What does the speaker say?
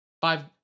five